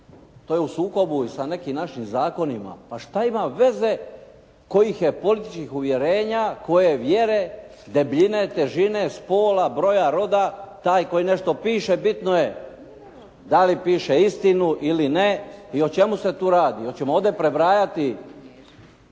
to je u sukobu sa nekim našim zakonima. Pa šta ima veze kojih je političkih uvjerenja, koje vjere, debljine, težine, spola, broja, roda taj koji nešto piše? Bitno je da li piše istinu ili ne i o čemu se tu radi. Hoćemo ovdje prebrajati